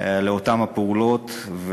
אותן פעולות,